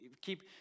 keep